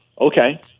okay